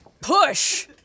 push